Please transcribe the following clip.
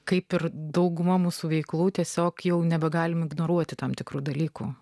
kaip ir dauguma mūsų veiklų tiesiog jau nebegalime ignoruoti tam tikrų dalykų